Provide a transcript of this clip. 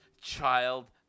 child